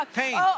pain